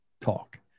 talk